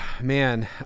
Man